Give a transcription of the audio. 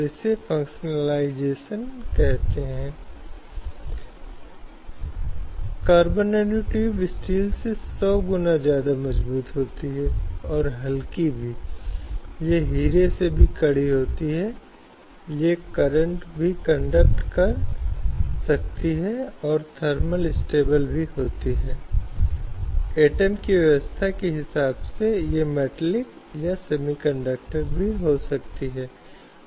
इसलिए चाहे वह सरकारी क्षेत्र हो या वह बहुराष्ट्रीय कंपनी हो जिसकी हम बात कर रहे हैं या वह शिक्षा क्षेत्र है आज जिस भी क्षेत्र की बात की जा रही है हम ऐसी स्थिति में आ गए हैं जहाँ हम अधिक से अधिक महिलाओं को कार्यस्थल पर पाते हैं